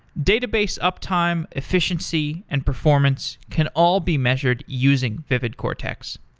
database uptime, efficiency, and performance can all be measured using vividcortex.